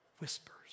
whispers